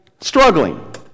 struggling